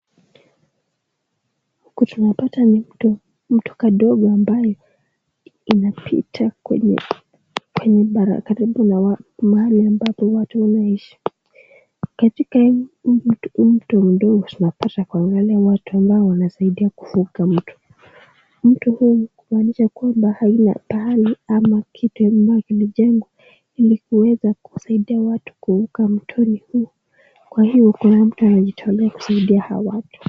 Huku tunapata ni mto, mto kadogo ambaye inapita kwenye, kwenye bara karibu na mahali ambapo watu wanaishi. Katika huu mto mdogo tunapata kuangalia watu ambao wanasaidia kuvuka mto. Mto huu kumaanisha kwamba haina pahali ama kitu ambacho kilijengwa ili kuweza kusaidia watu kuvuka mto huu. Kwa hio kuna mtu anajitolea kusaidia hawa watu.